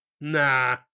Nah